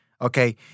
Okay